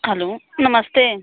hello नमस्ते